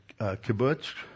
kibbutz